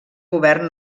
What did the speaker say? govern